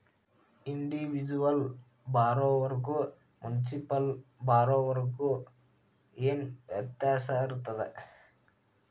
Individual ಬಾರೊವರ್ಗು municipal ಬಾರೊವರ್ಗ ಏನ್ ವ್ಯತ್ಯಾಸಿರ್ತದ?